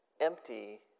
empty